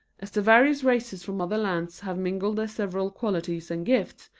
as the various races from other lands have mingled their several qualities and gifts,